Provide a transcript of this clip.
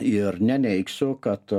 ir neneigsiu kad